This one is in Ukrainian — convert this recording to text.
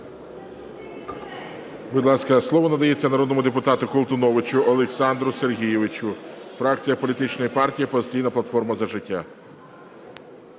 Будь ласка, слово надається народному депутату Колтуновичу Олександру Сергійовичу, фракція політичної партії "Опозиційна платформа – За життя".